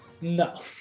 No